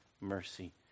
mercy